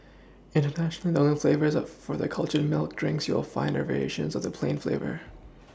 internationally the only flavours for their cultured milk drinks you will find are variations of the plain flavour